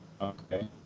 Okay